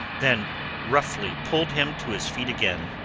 then roughly pulled him to his feet again.